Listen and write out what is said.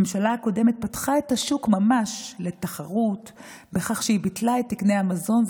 הממשלה הקודמת ממש פתחה את השוק לתחרות בכך שהיא ביטלה את תקני המזון,